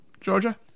Georgia